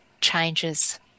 changes